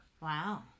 Wow